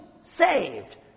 saved